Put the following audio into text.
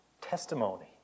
testimony